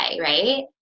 right